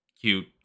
cute